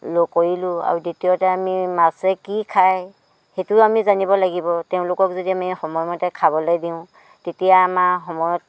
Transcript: কৰিলোঁ আৰু দ্বিতীয়তে আমি মাছে কি খায় সেইটো আমি জানিব লাগিব তেওঁলোকক যদি আমি সময়মতে খাবলৈ দিওঁ তেতিয়া আমাৰ সময়ত